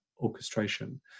orchestration